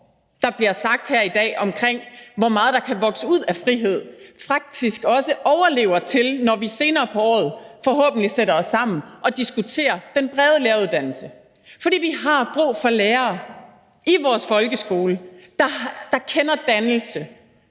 der bliver sagt her i dag, om, hvor meget der kan vokse ud af frihed, faktisk også overlever, til at vi senere på året forhåbentlig sætter os sammen og diskuterer den brede læreruddannelse, fordi vi i vores folkeskole har brug for lærere, der kender til dannelse,